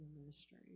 ministry